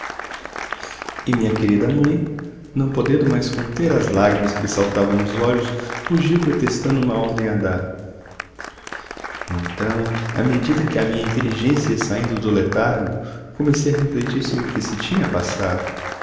e minha querida mãe não podendo mais conter as lágrimas que saltavam dos olhos fugiu pretextando uma ordem a dar então à medida que a minha inteligência ia saindo do letargo comecei a refletir sobre o que se tinha passado